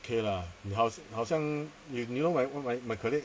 okay lah 你好好像 you know my colleague